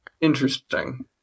interesting